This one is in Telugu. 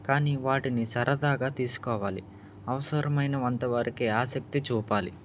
కానీ వాటిని సరదాగా తీసుకోవాలి అవసరమైనంత వరకే ఆసక్తి చూపాలి